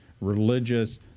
religious